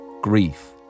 Grief